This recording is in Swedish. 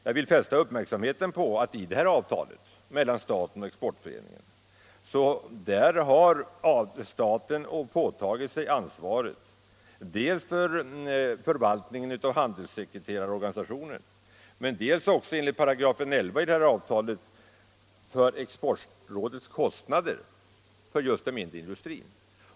Jag vill fästa uppmärksamheten på att i avtalet mellan staten och Exportföreningen har staten påtagit sig ansvaret dels för förvaltningen av handelssekreterarorganisationen, dels också enligt avtalets § 11 för Exportrådets kostnader för just den mindre industrin.